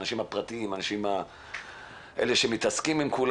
אנשים פרטיים ואלה שמתעסקים בזה,